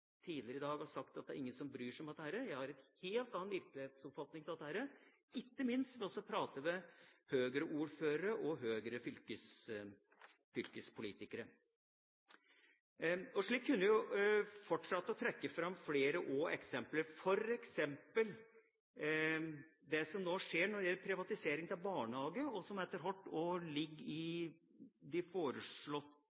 tidligere i dag sa at det er ingen som bryr seg om dette. Jeg har en helt annen virkelighetsoppfatning av dette, noe jeg har fått ikke minst ved å prate med Høyre-ordførere og Høyre-fylkespolitikere. Slik kunne jeg fortsette å trekke fram flere eksempler, f.eks. det som nå skjer når det gjelder privatisering av barnehager, og som også etter hvert ligger i